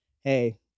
Hey